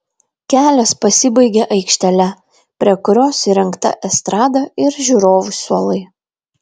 kelias pasibaigia aikštele prie kurios įrengta estrada ir žiūrovų suolai